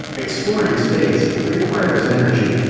exploring space requires energy.